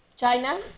China